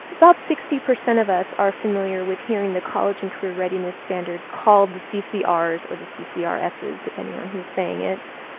about sixty percent percent of us are familiar with hearing the college and career readiness standards called the ccrs or the ccrss, depending on who's saying it.